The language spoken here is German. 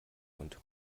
und